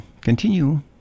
continue